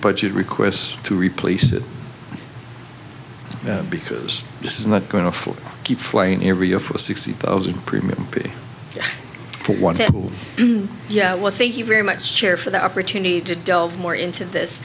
budget requests to replace it because this is not going to force keep flying every year for sixty of the premium one yeah well thank you very much chair for the opportunity to delve more into this